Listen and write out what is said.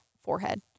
forehead